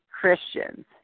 Christians